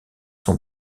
son